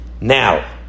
Now